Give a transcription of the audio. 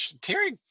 Terry